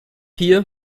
hier